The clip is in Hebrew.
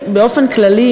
באופן כללי,